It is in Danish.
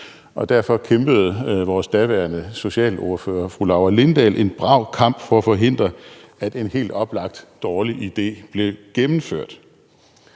derfor kæmpede vores daværende socialordfører, fru Laura Lindahl, en brav kamp for at forhindre, at en helt oplagt dårlig idé blev gennemført.